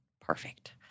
perfect